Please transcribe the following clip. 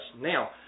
Now